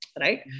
Right